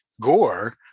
Gore